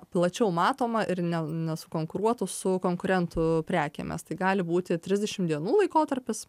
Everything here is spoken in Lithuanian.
plačiau matoma ir ne nesu konkuruotų su konkurentų prekėmis tai gali būti trisdešimt dienų laikotarpis